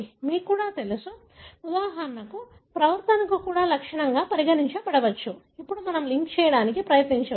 మీకు కూడా తెలుసు ఉదాహరణకు ప్రవర్తనను కూడా ఒక లక్షణంగా పరిగణించవచ్చు అప్పుడు మనము లింక్ చేయడానికి ప్రయత్నించవచ్చు